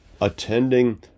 attending